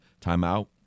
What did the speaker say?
timeout